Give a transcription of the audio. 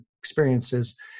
experiences